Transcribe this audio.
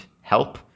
help